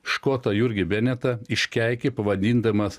škotą jurgį benetą iškeikė pavadindamas